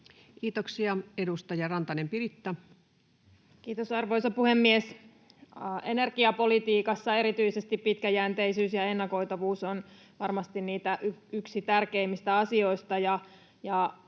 Time: 23:32 Content: Kiitos, arvoisa puhemies! Energiapolitiikassa erityisesti pitkäjänteisyys ja ennakoitavuus on varmasti yksi tärkeimmistä asioista.